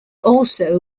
also